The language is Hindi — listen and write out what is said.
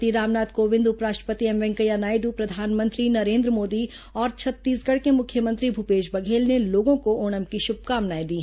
राष्ट्रपति रामनाथ कोविंद उपराष्ट्रपति एम वेंकैया नायडू प्रधानमंत्री नरेन्द्र मोदी और छत्तीसगढ़ के मुख्यमंत्री भूपेश बघेल ने लोगों को ओणम की शुभकामनायें दी है